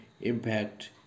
impact